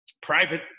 private